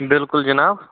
بِلکُل جِناب